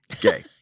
Gay